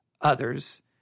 others